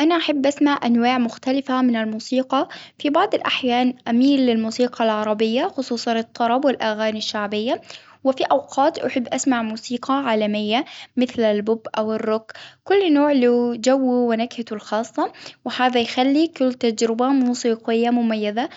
أنا أحب أسمع أنواع مختلفة من الموسيقى، في بعض الأحيان أميل للموسيقى العربية خصوصا الطرب والأغاني الشعبية، وفي أوقات أحب أسمع موسيقى عالمية مثل البوب أوالروك كل نوع له جوه ونكهته الخاصة. وهذا يخلي كل تجربة موسيقية مميزة ،